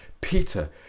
Peter